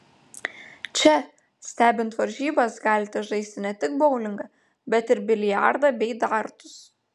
čia stebint varžybas galite žaisti ne tik boulingą bet ir biliardą bei dartus